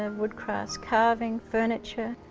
and woodcrafts, carving, furniture.